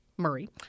Murray